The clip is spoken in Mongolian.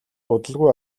удалгүй